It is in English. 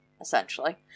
essentially